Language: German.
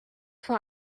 vor